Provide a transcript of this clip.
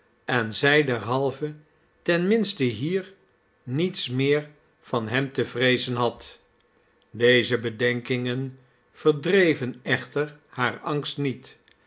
en zij derhalve ten minste hier niets meer van hem te vreezen had deze bedenkingen verdreven echter haar angst niet